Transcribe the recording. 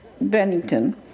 Bennington